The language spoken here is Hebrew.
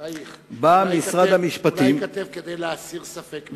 מה ייכתב כדי להסיר ספק?